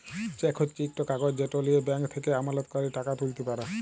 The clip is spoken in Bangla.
চ্যাক হছে ইকট কাগজ যেট লিঁয়ে ব্যাংক থ্যাকে আমলাতকারী টাকা তুইলতে পারে